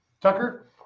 Tucker